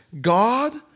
God